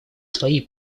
свои